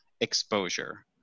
exposure